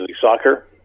Soccer